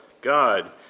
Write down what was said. God